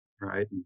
right